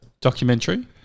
documentary